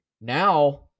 Now